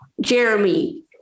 Jeremy